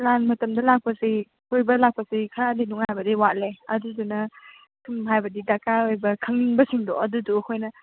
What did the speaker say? ꯂꯥꯟ ꯃꯇꯝꯗ ꯂꯥꯛꯄꯁꯤ ꯀꯣꯏꯕ ꯂꯥꯛꯄꯁꯤ ꯈꯔꯗꯤ ꯅꯨꯡꯉꯥꯏꯕꯗꯤ ꯋꯥꯠꯂꯦ ꯑꯗꯨꯗꯨꯅ ꯁꯨꯝ ꯍꯥꯏꯕꯗꯤ ꯗꯔꯀꯥꯔ ꯑꯣꯏꯕ ꯈꯪꯅꯤꯡꯕꯁꯤꯡꯗꯣ ꯑꯗꯨꯗꯨ ꯑꯩꯈꯣꯏꯅ